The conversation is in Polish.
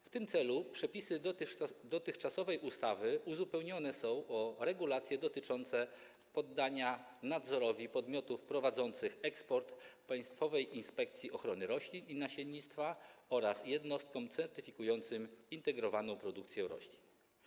W tym celu przepisy dotychczasowej ustawy uzupełnione są o regulacje dotyczące poddania podmiotów prowadzących eksport nadzorowi Państwowej Inspekcji Ochrony Roślin i Nasiennictwa oraz jednostkom certyfikującym integrowaną produkcję roślin.